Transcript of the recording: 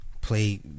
play